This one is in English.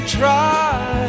try